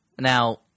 Now